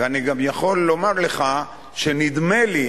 ואני גם יכול לומר לך שנדמה לי,